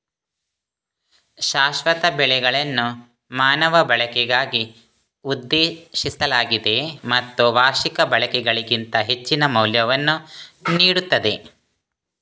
ಶಾಶ್ವತ ಬೆಳೆಗಳನ್ನು ಮಾನವ ಬಳಕೆಗಾಗಿ ಉದ್ದೇಶಿಸಲಾಗಿದೆ ಮತ್ತು ವಾರ್ಷಿಕ ಬೆಳೆಗಳಿಗಿಂತ ಹೆಚ್ಚಿನ ಮೌಲ್ಯವನ್ನು ನೀಡುತ್ತದೆ